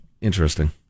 interesting